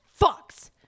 fucks